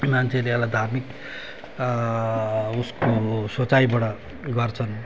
मान्छेले यसलाई धार्मिक उयसको सोचाइबाट गर्छन्